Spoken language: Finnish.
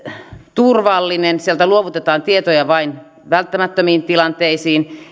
turvallinen sieltä luovutetaan tietoja vain välttämättömiin tilanteisiin